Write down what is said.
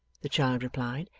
the child replied.